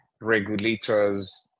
regulators